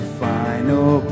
final